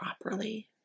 properly